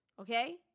Okay